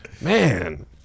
man